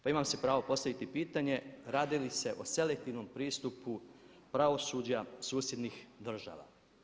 Pa ima si pravo postaviti pitanje radili se o selektivnom pristupu pravosuđa susjednih država.